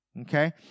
okay